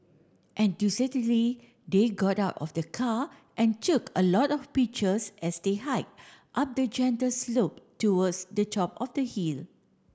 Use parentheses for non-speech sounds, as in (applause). (unintelligible) they got out of the car and took a lot of pictures as they hiked up the gentle slope towards the top of the hill